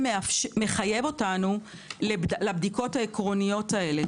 שמחייב אותנו לבדיקות העקרוניות האלה.